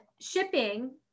shipping